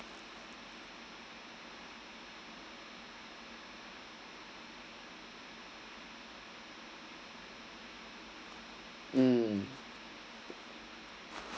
um